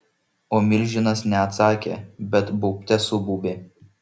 o milžinas ne atsakė bet baubte subaubė